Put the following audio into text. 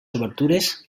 obertures